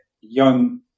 young